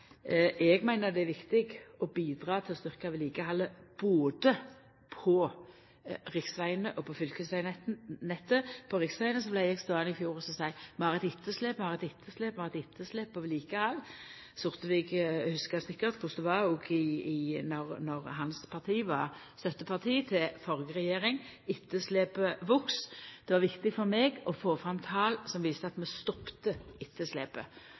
Eg meiner det er viktig å bidra til å styrkja vedlikehaldet både på riksvegane og på fylkesvegnettet. Når det gjeld riksvegane, vart eg i fjor ståande og seia at vi har eit etterslep, vi har eit etterslep, vi har eit etterslep på vedlikehald. Sortevik hugsar sikker korleis det var òg då hans parti var støtteparti til førre regjering – etterslepet voks. Det er viktig for meg å få fram tal som viser at vi stoppa etterslepet.